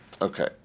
Okay